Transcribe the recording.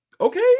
Okay